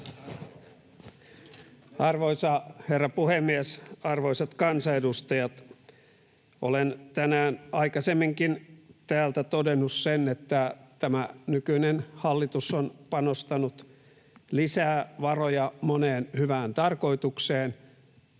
Arvoisa herra puhemies! Arvoisat kansanedustajat! Olen tänään aikaisemminkin täältä todennut sen, että tämä nykyinen hallitus on panostanut lisää varoja moneen hyvään tarkoitukseen.